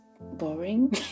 boring